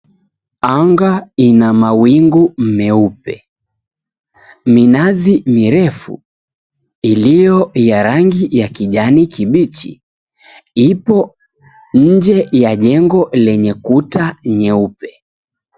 Anga ina mawingu meupe, minazi mirefu iliyo ya rangi ya kijani kibichi ipo nje ya jengo lenye kuta nyeupe.